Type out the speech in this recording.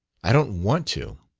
i don't want to.